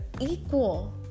equal